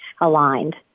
aligned